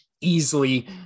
easily